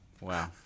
Wow